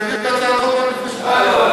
שהעביר הצעת חוק רק לפני שבועיים,